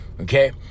Okay